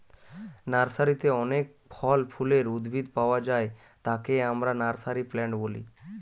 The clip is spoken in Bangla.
নার্সারিতে অনেক ফল ফুলের উদ্ভিদ পায়া যায় যাকে আমরা নার্সারি প্লান্ট বলি